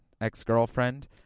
ex-girlfriend